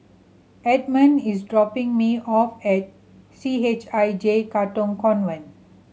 Edmon is dropping me off at C H I J Katong Convent